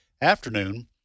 afternoon